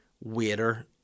waiter